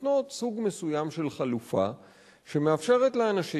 נותנות סוג מסוים של חלופה שמאפשרת לאנשים